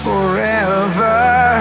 Forever